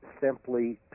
simply